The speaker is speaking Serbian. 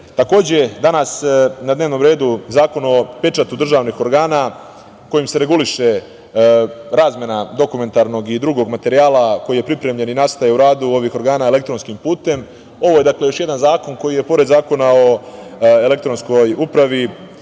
je danas na dnevnom redu Zakon o pečatu državnih organa kojim se reguliše razmena dokumentarnog i drugog materijala koji je pripremljen i nastaje u radu ovih organa elektronskim putem. Ovo je još jedan zakon koji je pored Zakona o elektronskoj upravi